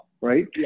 right